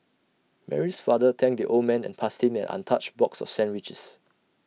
Mary's father thanked the old man and passed him an untouched box of sandwiches